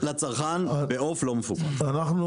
לצרכן בעוף לא מפוקח.